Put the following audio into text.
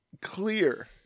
clear